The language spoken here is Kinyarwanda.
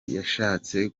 yashatse